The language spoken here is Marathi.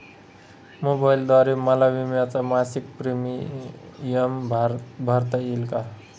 मोबाईलद्वारे मला विम्याचा मासिक प्रीमियम भरता येईल का?